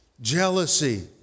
Jealousy